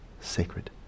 sacred